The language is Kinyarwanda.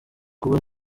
kuba